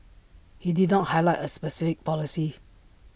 he did not highlight A specific policy